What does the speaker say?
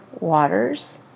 waters